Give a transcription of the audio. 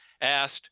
asked